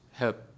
help